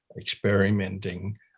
experimenting